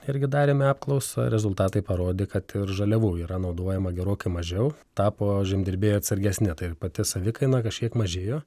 irgi darėme apklausą rezultatai parodė kad ir žaliavų yra naudojama gerokai mažiau tapo žemdirbiai atsargesni tai pati savikaina kažkiek mažėjo